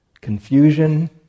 confusion